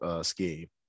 scheme